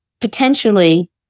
potentially